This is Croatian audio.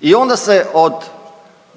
i onda se od